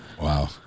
Wow